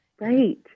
Right